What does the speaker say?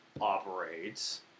operates